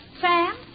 Sam